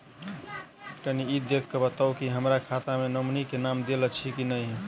कनि ई देख कऽ बताऊ तऽ की हमरा खाता मे नॉमनी केँ नाम देल अछि की नहि?